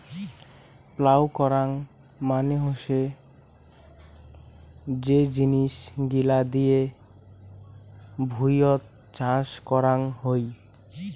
plough করাং মানে হসে যে জিনিস গিলা দিয়ে ভুঁইয়ত চাষ করং হই